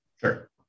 Sure